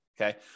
okay